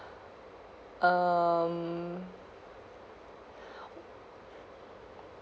um